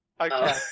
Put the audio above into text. okay